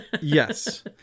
Yes